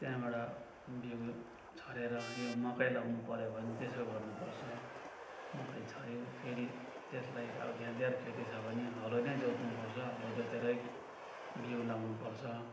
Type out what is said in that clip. त्यहाँबाट बिउ छरेर यो मकै लाउनु पऱ्यो भने त्यसो गर्नु पर्छ मकै छऱ्यो फेरि त्यसलाई अब धेर धेर खेती छ भने हलो नै जोत्नु पर्छ हलो जोतेरै बिउ लाउनु पर्छ